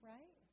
Right